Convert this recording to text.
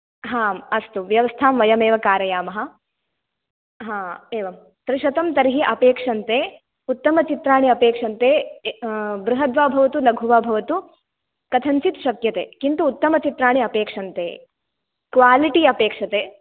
आम् अस्तु व्यवस्थां वयम् एव कारयामः हा एवं त्रिशतं तर्हि अपेक्षन्ते उत्तमचित्राणि अपेक्षन्ते बृहद्वा भवतु लघु वा भवतु कथचित् शक्यते किन्तु उत्तमचित्राणि अपेक्षन्ते क्वालिटि अपेक्षते